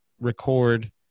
record